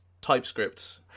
TypeScript